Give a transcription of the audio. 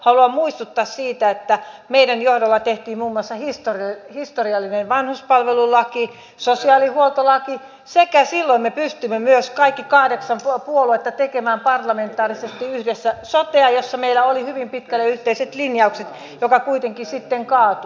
haluan muistuttaa siitä että meidän johdollamme tehtiin muun muassa historiallinen vanhuspalvelulaki sosiaalihuoltolaki sekä silloin me pystyimme myös kaikki kahdeksan puoluetta tekemään parlamentaarisesti yhdessä sotea jossa meillä oli hyvin pitkälle yhteiset linjaukset joka kuitenkin sitten kaatui